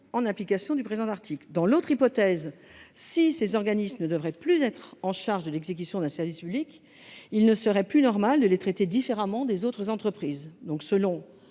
en application du présent article. Dans l'autre hypothèse, s'ils ne devaient plus être chargés de l'exécution d'un service public, il ne serait pas normal de les traiter différemment des autres entreprises. Dès